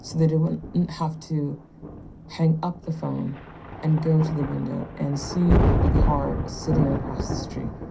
they wouldn't have to hang up the phone and go to the window, and see the car sitting across the street.